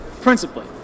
principally